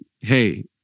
hey